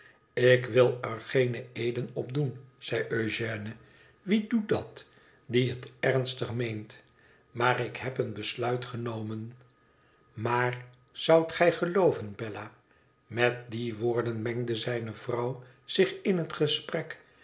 ik wil er geene eeden op doen zei eugène wie doet dat die het emstig meent maar ik heb een besluit genomen maar zoudt gij gelooven bella met die woorden mengde zijne vrouw zich in het gesprek